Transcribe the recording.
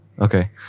Okay